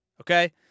okay